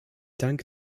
danke